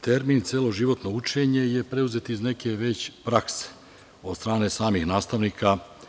Termin „celoživotno učenje“ je pruzet iz neke prakse od strane samih nastavnika.